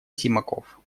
симаков